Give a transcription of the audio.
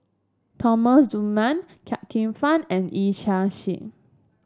Thomas Dunman Chia Kwek Fah and Yee Chia Hsing